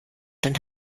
den